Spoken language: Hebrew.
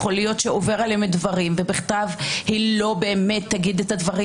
אולי עובר עליהם דברים ובכתב לא באמת תגיד את הדברים